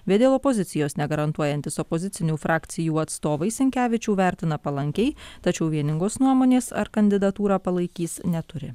bet dėl opozicijos negarantuojantis opozicinių frakcijų atstovai sinkevičių vertina palankiai tačiau vieningos nuomonės ar kandidatūrą palaikys neturi